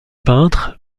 peintre